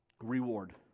reward